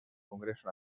congreso